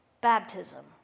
baptism